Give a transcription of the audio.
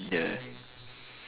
yeah